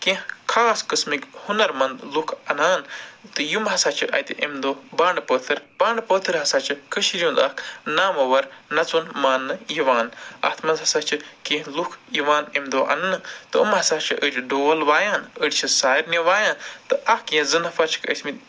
کیٚنہہ خاص قسمٕکے ہُنر منٛد لُکھ اَنان تہٕ یِم ہسا چھِ اَتہِ أمۍ دوہ بانٛڈٕ پٲتھر بانٛڈٕ پٲتھر ہسا چھِ کٔشیٖرِ ہُنٛد اَکھ نامٕوَر نَژُن مانٛنہٕ یِوان اَتھ منٛز ہسا چھِ کیٚنہہ لُکھ یِوان أمۍ دۄہ اَنٛنہٕ تہٕ یِم ہسا چھِ أڑۍ دول وایان أڑۍ چھِ سارنہِ وایان تہٕ اَکھ یا زٕ نفر چھِ ٲسمٕتۍ